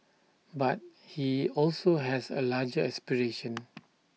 but he also has A larger aspiration